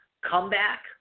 comeback